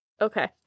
okay